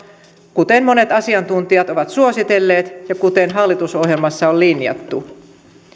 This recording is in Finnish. kuten monet asiantuntijat ovat suositelleet ja kuten hallitusohjelmassa oli linjattu